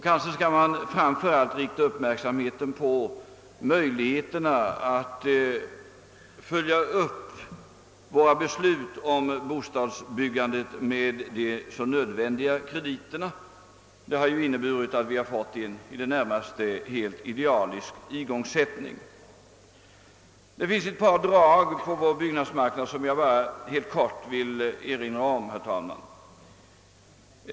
Kanske bör man därvid framför allt rikta uppmärksamheten på möjligheterna att följa upp våra beslut om bostadsbyggandet med nödvändiga krediter. Allt detta har inneburit att vi har fått en i det närmaste helt idealisk igångsättning. Det finns ett par drag hos vår byggnadsmarknad som jag, herr talman, helt kort vill erinra om.